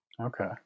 Okay